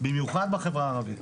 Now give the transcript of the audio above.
במיוחד בחברה הערבית.